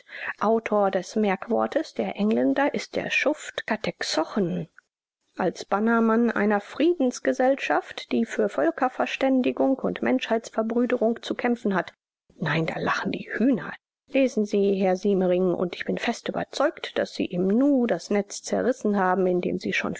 autor des merkwortes der engländer ist der schuft katexochen als bannermann einer friedensgesellschaft die für völkerverständigung und menschheitsverbrüderung zu kämpfen hat nein da lachen die hühner lesen sie herr siemering und ich bin fest überzeugt daß sie im nu das netz zerrissen haben in dem sie schon